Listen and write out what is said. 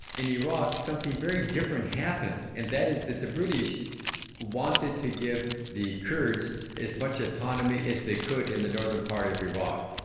in iraq something very different happened, and that is that the british wanted to give the kurds as much autonomy as they could in the northern part of iraq,